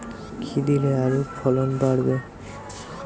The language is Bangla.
কী দিলে আলুর ফলন বাড়বে?